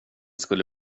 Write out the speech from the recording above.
skulle